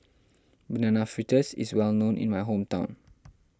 Banana Fritters is well known in my hometown